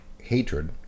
hatred